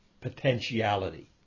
potentiality